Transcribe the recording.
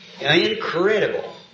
incredible